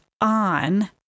on